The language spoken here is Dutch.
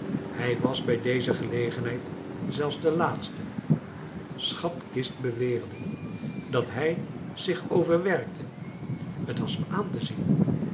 hij was bij deze gelegenheid zelfs de laatste schatkist beweerde dat hij zich overwerkte t was hem aan te zien